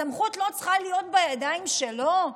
הסמכות לא צריכה להיות בידיים שלו?